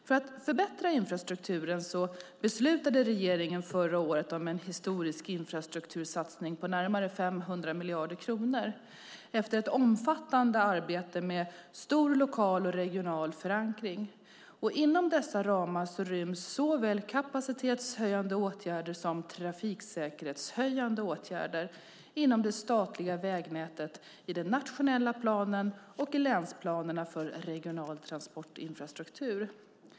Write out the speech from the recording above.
För att förbättra infrastrukturen beslutade regeringen förra året om en historisk infrastruktursatsning på närmare 500 miljarder kronor efter ett omfattande arbete med stor lokal och regional förankring. Inom dessa ramar ryms såväl kapacitetshöjande åtgärder som trafiksäkerhetshöjande åtgärder inom det statliga vägnätet i den nationella planen och i länsplanerna för regional transportinfrastruktur.